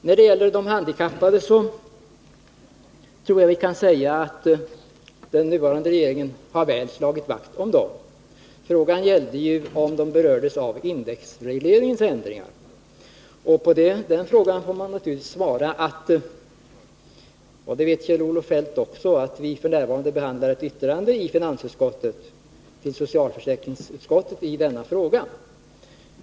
När det gäller de handikappade tror jag att vi kan säga att den nuvarande regeringen väl har slagit vakt om dem. Frågan gällde ju om de berördes av indexregleringens ändringar. Kjell-Olof Feldt vet dock att vi i finansutskottet f.n. behandlar ett yttrande i denna fråga till socialförsäkringsutskottet.